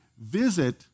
visit